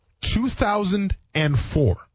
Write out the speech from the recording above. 2004